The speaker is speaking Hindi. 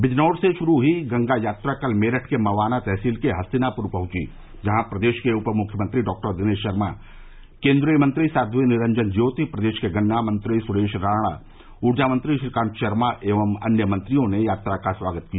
विजनौर से शुरू हुई गंगा यात्रा कल मेरठ के मवाना तहसील के हस्तिनापुर पहुंची जहां प्रदेश के उप मुख्यमंत्री डॉक्टर दिनेश शर्मा केंद्रीय मंत्री साब्वी निरंजन ज्योति प्रदेश के गन्ना मंत्री सुरेश राणा ऊर्जा मंत्री श्रीकांत शर्मा एवं अन्य मंत्रियों ने यात्रा का स्वागत किया